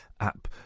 app